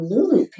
Lulu